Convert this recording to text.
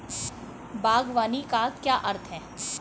बागवानी का क्या अर्थ है?